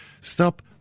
Stop